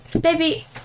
Baby